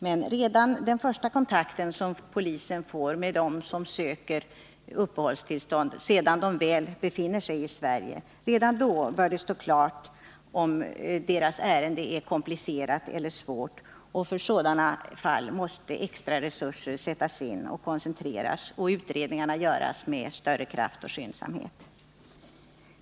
Redan vid den första kontakt polisen får med dem som söker uppehållstillstånd när de väl befinner sig i Sverige bör det emellertid stå klart, om deras ärende är komplicerat. För sådana fall måste extra resurser sättas in och koncentreras och utredningarna göras med större kraft och skyndsamhet.